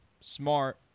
Smart